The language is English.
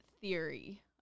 theory